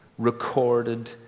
recorded